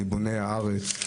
מבוני הארץ,